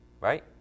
right